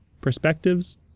perspectives